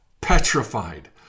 petrified